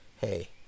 hey